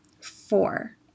Four